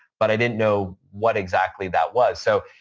but i didn't know what exactly that was. so,